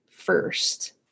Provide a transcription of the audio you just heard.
First